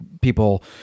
people